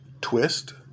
twist